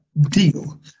deal